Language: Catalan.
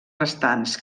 restants